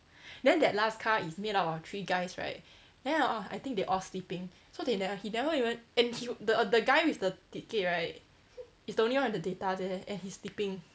then that last car is made up of three guys right then oh I think they all sleeping so they ne~ he never even and he the the guy with the ticket right is the only one with the data there and he's sleeping